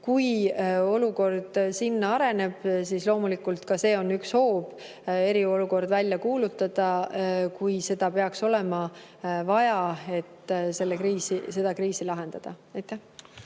kui olukord sinna areneb, siis loomulikult ka see on üks hoob, et eriolukord välja kuulutada, kui seda peaks olema vaja, et seda kriisi lahendada. Aitäh!